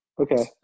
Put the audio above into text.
Okay